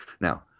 Now